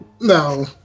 no